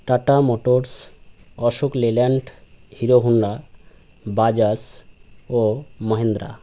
tata Motors Ashok Leyland Hero Honda Bajaj ও মহিন্দ্রা